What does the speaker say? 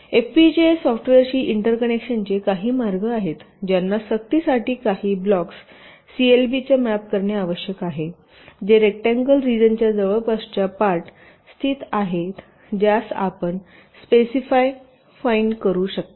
FPGA सॉफ्टवेअरशी इंटरकनेक्शनचे काही मार्ग आहेत ज्यांना सक्तीसाठी काही ब्लॉक्स सीएलबी च्या मॅप करणे आवश्यक आहे जे रेकटांगलं रिजनच्या जवळपासच्या पार्ट स्थित आहेत ज्यास आपण स्पेसिफाय फाईन करू शकता